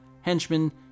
henchmen